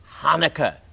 Hanukkah